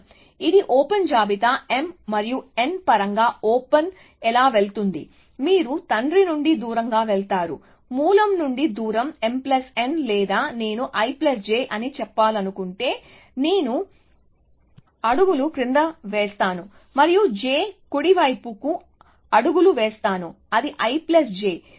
కాబట్టి ఇది ఓపెన్ జాబితా m మరియు n పరంగా ఓపెన్ ఎలా వెళుతుంది మీరు తండ్రి నుండి దూరంగా వెళతారుకాబట్టి మూలం నుండి దూరం m n లేదా నేను i j అని చెప్పాలనుకుంటే నేను అడుగులు క్రింది వేస్తాను మరియు j కుడి వైపు కు అడుగులు వేస్తాను అది i j